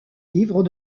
livres